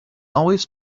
always